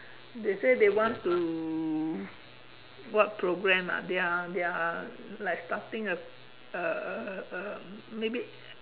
they say they want to what program ah they are they are like starting a a a maybe